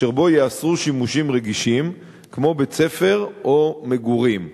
אשר בו ייאסרו שימושים רגישים כמו בית-ספר או מגורים.